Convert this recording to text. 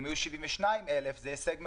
אם היו 72,000 בקשות זה הישג מעולה.